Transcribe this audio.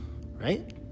right